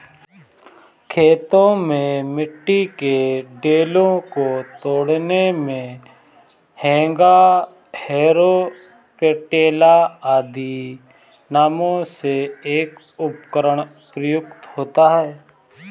खेतों में मिट्टी के ढेलों को तोड़ने मे हेंगा, हैरो, पटेला आदि नामों से एक उपकरण प्रयुक्त होता है